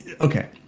okay